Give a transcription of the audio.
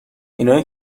اینایی